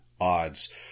odds